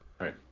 Right